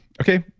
okay.